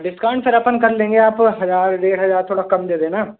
discount sir अपन कर लेंगे आप हजार डेढ़ हजार थोड़ा कम दे देना